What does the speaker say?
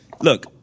look